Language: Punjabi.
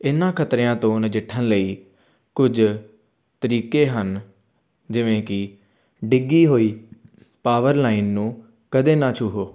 ਇਨ੍ਹਾਂ ਖਤਰਿਆਂ ਤੋਂ ਨਜਿੱਠਣ ਲਈ ਕੁਝ ਤਰੀਕੇ ਹਨ ਜਿਵੇਂ ਕਿ ਡਿੱਗੀ ਹੋਈ ਪਾਵਰ ਲਾਈਨ ਨੂੰ ਕਦੇ ਨਾ ਛੂਹੋ